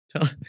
Tell